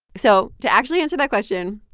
so to actually answer that question,